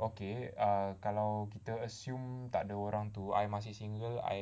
okay err kalau kita assume tak ada orang tu I masih single I